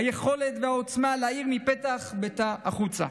היכולת והעוצמה להאיר מפתח ביתה החוצה.